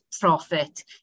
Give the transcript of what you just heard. profit